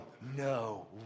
no